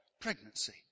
pregnancy